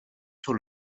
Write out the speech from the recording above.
sur